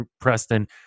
Preston